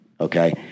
okay